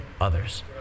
others